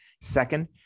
Second